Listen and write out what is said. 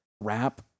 rap